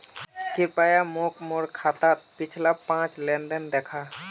कृप्या मोक मोर खातात पिछला पाँच लेन देन दखा